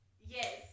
Yes